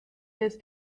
des